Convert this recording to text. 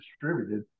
distributed